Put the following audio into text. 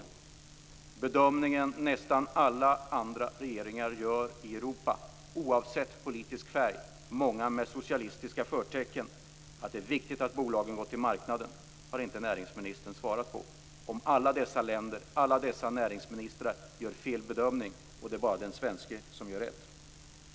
Näringsministern har inte svarat på frågan om den bedömning som nästan alla andra regeringar i Europa gör, oavsett politisk färg, många med socialistiska förtecken, nämligen att det är viktigt att bolagen går till marknaden. Frågan var om alla dessa länder och alla dessa näringsministrar gör fel bedömning och bara den svenske gör rätt.